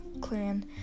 clan